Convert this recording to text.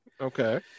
Okay